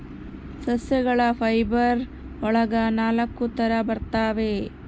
ಸಸ್ಯಗಳ ಫೈಬರ್ ಒಳಗ ನಾಲಕ್ಕು ತರ ಬರ್ತವೆ